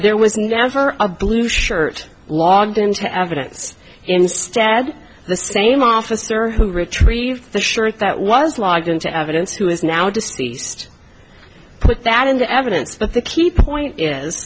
there was never a blue shirt logged into evidence instead the same officer who retrieve the shirt that was logged into evidence who is now deceased put that into evidence but the key point is